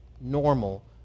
normal